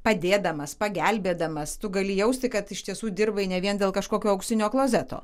padėdamas pagelbėdamas tu gali jausti kad iš tiesų dirbai ne vien dėl kažkokio auksinio klozeto